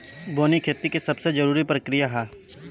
बोअनी खेती के सबसे जरूरी प्रक्रिया हअ